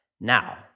Now